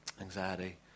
anxiety